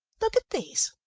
look at these.